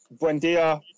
Buendia